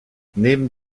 neben